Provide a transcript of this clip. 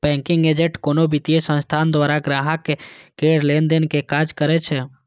banking agent कोनो वित्तीय संस्थान द्वारा ग्राहक केर लेनदेन के काज करै छै